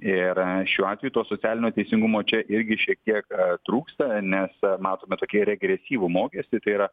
ir šiuo atveju to socialinio teisingumo čia irgi šiek tiek trūksta nes matome tokį regresyvų mokestį tai yra